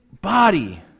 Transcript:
body